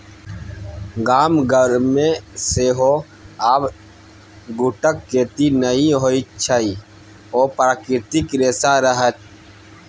गाम घरमे सेहो आब जूटक खेती नहि होइत अछि ओ प्राकृतिक रेशा रहय